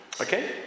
Okay